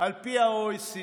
על פי ה-OECD.